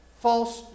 false